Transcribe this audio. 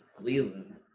Leland